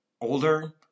older